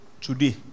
today